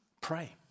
pray